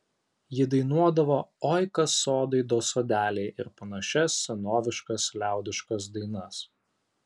ji dainuodavo oi kas sodai do sodeliai ir panašias senoviškas liaudiškas dainas